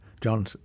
John